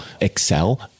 excel